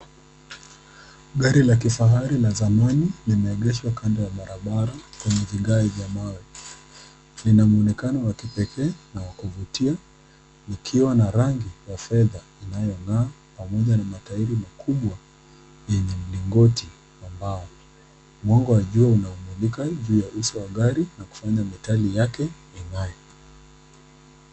Gari la kifahari la zamani, limeegeshwa kando ya barabara kwenye vigae vya mawe. Lina mwonekano wa kipekee na wa kuvutia, likiwa na rangi ya fedha inayong'aa, pamoja na matairi makubwa yenye mlingoti wa mbao. Mwanga wa jua unaomulika juu ya uso wa gari na kufanya metali yake ling'ae.